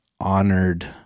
honored